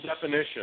definition